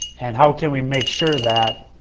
and how can we make sure that